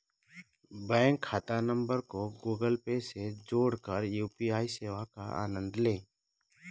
bank खाता number को Google Pay से जोड़कर यू.पी.आई सेवा का आनंद लें